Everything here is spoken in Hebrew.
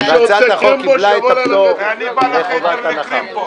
הצעת החוק קיבלה פטור מחובת הנחה.